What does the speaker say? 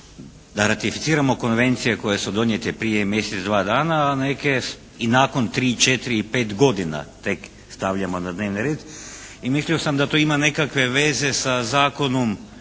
da ratificiramo konvencije koje su donijete prije mjesec, dva dana, a neke i nakon 3, 4 i 5 godina tek stavljamo na dnevni red i mislio sam da to ima nekakve veze sa zakonom